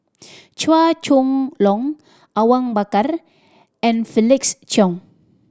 Chua Chong Long Awang Bakar and Felix Cheong